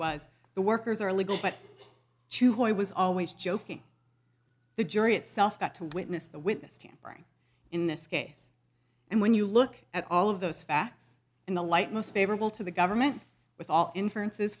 was the workers are legal but to who i was always joking the jury itself got to witness the witness tampering in this case and when you look at all of those facts in the light most favorable to the government with all inferences